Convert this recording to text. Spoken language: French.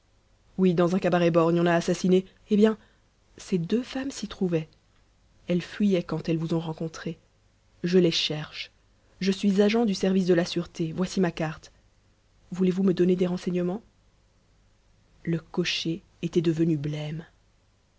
oui dans un cabaret borgne on a assassiné eh bien ces deux femmes s'y trouvaient elles fuyaient quand elles vous ont rencontré je les cherche je suis agent du service de la sûreté voici ma carte voulez-vous me donner des renseignements le gros cocher était devenu blême